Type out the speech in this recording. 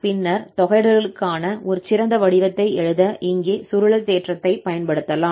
பின்னர் தொகையிடலுக்கான ஒரு சிறந்த வடிவத்தை எழுத இங்கே சுருளல் தேற்றத்தைப் பயன்படுத்தலாம்